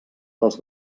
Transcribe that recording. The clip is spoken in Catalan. pels